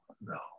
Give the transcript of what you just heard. no